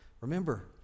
Remember